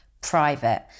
Private